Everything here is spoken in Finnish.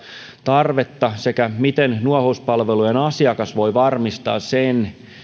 tarvetta sekä se miten nuohouspalvelujen asiakas voi varmistaa sen